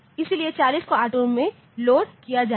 इसलिए 40 को R2 में लोड किया जाएगा